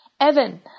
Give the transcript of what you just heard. Evan